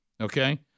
Okay